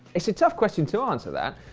it's a tough question to answer, that.